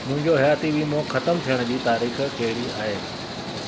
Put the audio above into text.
मुंहिंजो हयाती वीमो ख़तमु थिअण जी तारीख़ कहिड़ी आहे